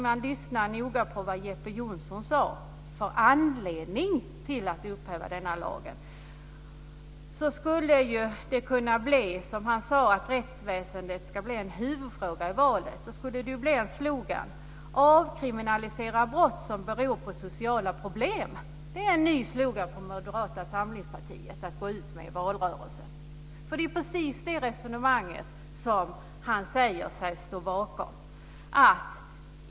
Jag lyssnade noga på det som Jeppe Johnsson nämnde som anledning till att denna lag skulle upphävas. Han sade att rättsväsendet ska bli en huvudfråga i valet. Man skulle då kunna gå fram med följande slogan: Avkriminalisera brott som beror på sociala problem! Det är en ny slogan för Moderata samlingspartiet att gå ut med i valrörelsen. Det är precis detta resonemang som Jeppe Johnsson säger sig stå bakom.